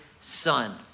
son